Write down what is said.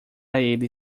ele